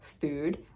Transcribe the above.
food